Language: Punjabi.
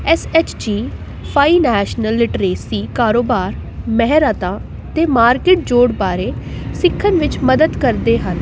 S H G financial literacy ਕਾਰੋਬਾਰ ਮਹਿਰਤਾ ਅਤੇ ਮਾਰਕੀਟ ਜੋੜ ਬਾਰੇ ਸਿੱਖਣ ਵਿੱਚ ਮਦਦ ਕਰਦੇ ਹਨ